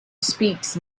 speaks